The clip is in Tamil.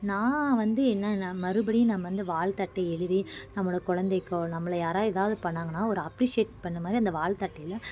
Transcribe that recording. நான் வந்து என்னென்ன மறுபடியும் நம்ம வந்து வாழ்த்தட்டை எழுதி நம்மோடய குலந்தைக்கோ நம்மளை யாராவது ஏதாவது பண்ணாங்கன்னால் ஒரு அப்ரிஷியேட் பண்ணமாதிரி அந்த வாழ்த்தட்டையில